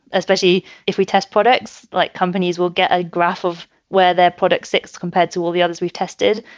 especially if we test products like companies will get a graph of where their products six compared to all the others we've tested.